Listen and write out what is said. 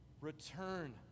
return